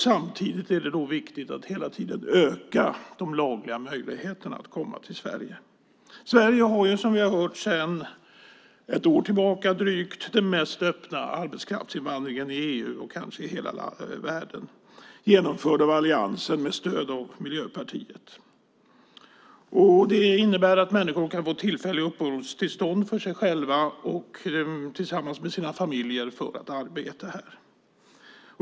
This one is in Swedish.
Samtidigt är det viktigt att hela tiden öka de lagliga möjligheterna att komma till Sverige. Sverige har, som vi har hört, sedan drygt ett år tillbaka den mest öppna arbetskraftsinvandringen i EU - kanske i hela världen - genomförd av Alliansen med stöd av Miljöpartiet. Det innebär att människor kan få tillfälliga uppehållstillstånd för sig själva och sina familjer för att arbeta här.